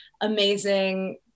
amazing